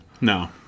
No